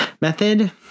method